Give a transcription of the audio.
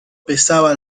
pesaba